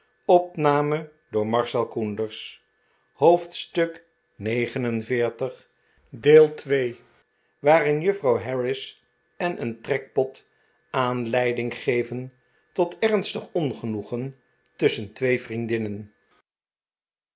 hoofdstuk xlix waarin juffrouw harris en een trekpot aanleiding geven tot ernstig ongenoegen tusschen twee vriendinnen